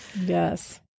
Yes